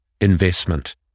investment